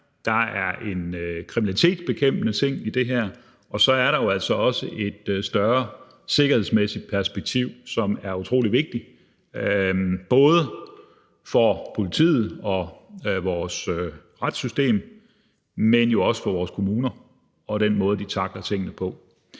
Der er en kriminalitetsbekæmpende ting i det her. Og så er der jo også et større sikkerhedsmæssigt perspektiv, som er utrolig vigtigt. Det er både for politiet og for vores retssystem, men jo også for vores kommuner og den måde, de tackler tingene på.